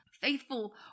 Faithful